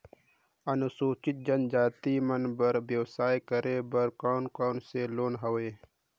अनुसूचित जनजाति मन बर व्यवसाय करे बर कौन कौन से लोन हवे?